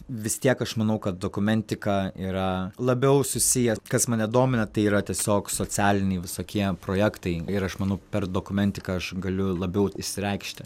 vis tiek aš manau kad dokumentika yra labiau susiję kas mane domina tai yra tiesiog socialiniai visokie projektai ir aš manau per dokumentiką aš galiu labiau išsireikšti